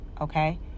okay